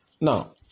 Now